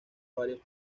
varios